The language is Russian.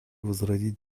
возродить